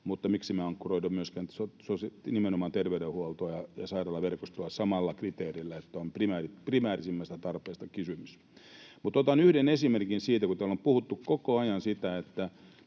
mutta miksi me emme ankkuroi myöskin nimenomaan terveydenhuoltoa ja sairaalaverkostoa sillä samalla kriteerillä, että on primäärisimmästä tarpeesta kysymys. Otan yhden esimerkin, kun täällä on puhuttu koko ajan sitä, että